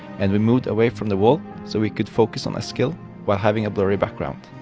and we moved away from the wall so we could focus on eskild while having a blurry background.